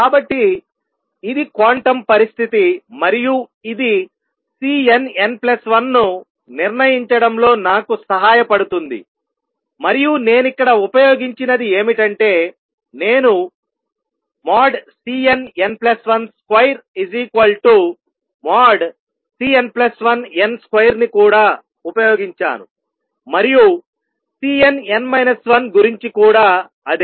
కాబట్టి ఇది క్వాంటం పరిస్థితి మరియు ఇది Cnn1 ను నిర్ణయించడంలో నాకు సహాయపడుతుంది మరియు నేనిక్కడ ఉపయోగించినది ఏమిటంటే నేను Cnn12|Cn1n |2 ని కూడా ఉపయోగించాను మరియు Cnn 1 గురించి కూడా అదే